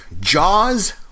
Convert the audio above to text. Jaws